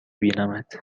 بینمت